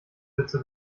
letzte